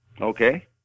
Okay